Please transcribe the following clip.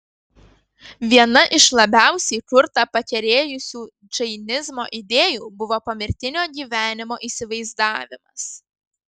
viena iš labiausiai kurtą pakerėjusių džainizmo idėjų buvo pomirtinio gyvenimo įsivaizdavimas